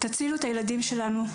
תצילו את הילדים שלנו.